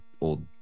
old